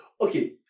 okay